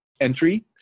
entry